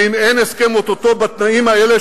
ואם אין הסכם או-טו-טו בתנאים האלה,